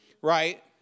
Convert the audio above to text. right